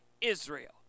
Israel